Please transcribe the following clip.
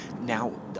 Now